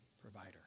provider